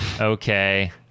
Okay